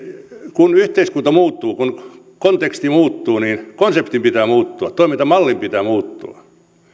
kun yhteiskunta muuttuu kun konteksti muuttuu niin konseptin pitää muuttua toimintamallin pitää muuttua se